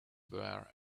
were